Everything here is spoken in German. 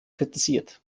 kritisiert